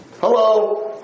Hello